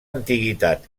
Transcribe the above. antiguitat